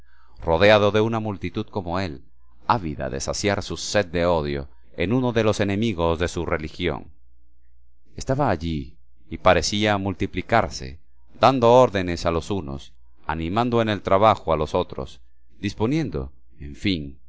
rodeado de una multitud como él ávida de saciar su sed de odio en uno de los enemigos de su religión estaba allí y parecía multiplicarse dando órdenes a los unos animando en el trabajo a los otros disponiendo en fin